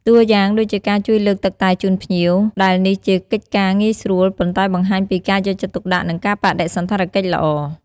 តួយ៉ាងដូចជាការជួយលើកទឹកតែជូនភ្ញៀវ ដែលនេះជាកិច្ចការងាយស្រួល ប៉ុន្តែបង្ហាញពីការយកចិត្តទុកដាក់ និងការបដិសណ្ឋារកិច្ចល្អ។